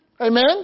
Amen